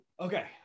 Okay